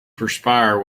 perspire